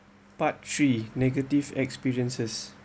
part three negative experiences